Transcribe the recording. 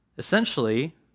Essentially